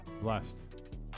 Blessed